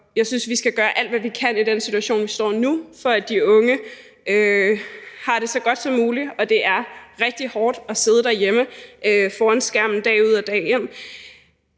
Jeg synes, vi skal gøre alt, hvad vi kan i den situation, vi står i nu, for, at de unge har det så godt som muligt. Det er rigtig hårdt at sidde derhjemme foran skærmen dag ud og dag ind.